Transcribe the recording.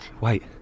Wait